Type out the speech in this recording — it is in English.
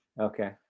okay